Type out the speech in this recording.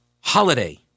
holiday